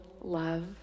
love